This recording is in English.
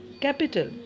capital